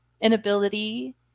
inability